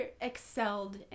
excelled